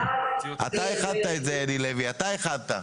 אתה הכנת את זה אלי לוי, אתה הכנת.